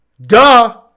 Duh